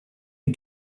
you